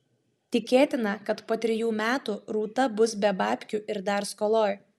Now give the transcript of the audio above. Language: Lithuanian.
tikėtina kad po trijų metų rūta bus be babkių ir dar skoloj